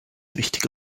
wichtige